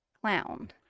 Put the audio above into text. Clown